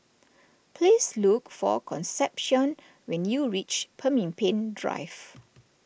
please look for Concepcion when you reach Pemimpin Drive